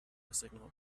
signal